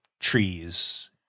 trees